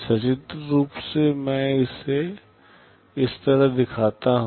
सचित्र रूप से मैं इसे इस तरह दिखाता हूं